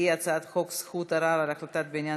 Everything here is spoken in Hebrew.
והיא הצעת חוק זכות ערר על החלטה בעניין